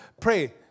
pray